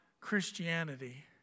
Christianity